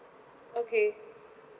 okay